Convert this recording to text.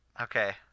Okay